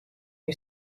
you